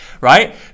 right